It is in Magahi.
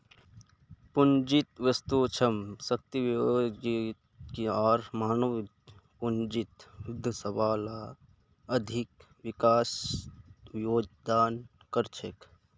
पूंजीगत वस्तु, श्रम शक्ति, प्रौद्योगिकी आर मानव पूंजीत वृद्धि सबला आर्थिक विकासत योगदान कर छेक